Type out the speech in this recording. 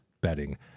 betting